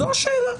זו השאלה.